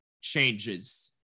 changes